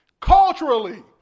culturally